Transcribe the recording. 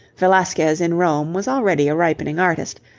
velasquez in rome was already a ripening artist,